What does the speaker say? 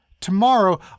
Tomorrow